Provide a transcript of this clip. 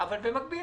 אבל במקביל,